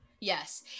Yes